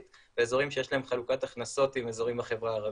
באזורים שיש להם חלוקת הכנסות עם אזורים בחברה הערבית.